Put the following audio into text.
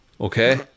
Okay